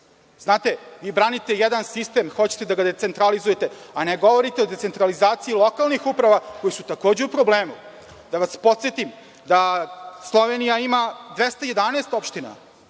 znate, vi branite jedan sistem, vi hoćete da ga decentralizujete, a ne govorite o decentralizaciji lokalnih uprava, koje su takođe u problemu. Da vas podsetim da Slovenija ima 211 opština,